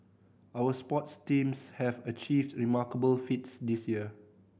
our sports teams have achieved remarkable feats this year